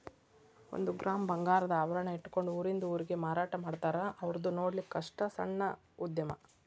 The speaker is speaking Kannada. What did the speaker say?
ಒಂದ ಗ್ರಾಮ್ ಬಂಗಾರದ ಆಭರಣಾ ಇಟ್ಕೊಂಡ ಊರಿಂದ ಊರಿಗೆ ಮಾರಾಟಾಮಾಡ್ತಾರ ಔರ್ದು ನೊಡ್ಲಿಕ್ಕಸ್ಟ ಸಣ್ಣ ಉದ್ಯಮಾ